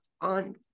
on